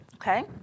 Okay